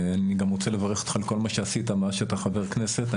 אני גם רוצה לברך אותך על כל מה שעשית מאז שאתה חבר כנסת.